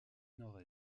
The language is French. nord